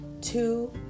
two